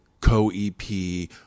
co-ep